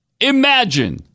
imagine